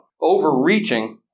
Overreaching